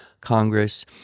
Congress